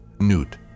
Newt